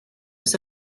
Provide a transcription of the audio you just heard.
was